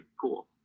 cool